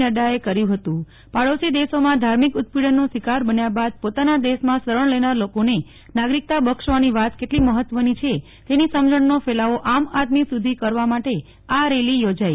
નડા કરી એ કર્યું ફતું પાડોશી દેશો માં ધાર્મિક ઉત્પીડન નો શિકાર બન્યા બાદ પોતાના દેશ માં શરણ લેનાર લોકો ને નાગરિકતા બક્ષવાની વાત કેટલી મફત્વ ની છે તેની સમજણનો ફેલાવો આમઆદમી સુધી કરવા માટે આ રેલી યોજાઇ